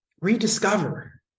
rediscover